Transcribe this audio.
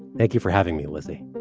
thank you for having me, lizzie